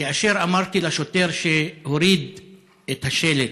כאשר אמרתי לשוטר שהוריד את השלט: